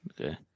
Okay